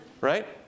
right